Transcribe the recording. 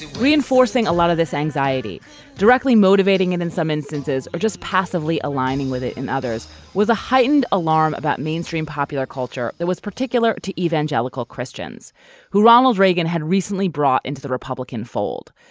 reinforcing a lot of this anxiety directly motivating and in some instances are just passively aligning with it in others with a heightened alarm about mainstream popular culture there was particular to evangelical christians who ronald reagan had recently brought into the republican fold.